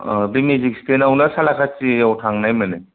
अ बे मेजिक स्टेन्दावनो सालाखाथिआव थांनाय मोनो